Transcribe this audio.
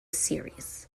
series